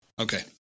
Okay